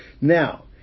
Now